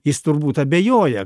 jis turbūt abejoja